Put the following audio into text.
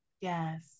Yes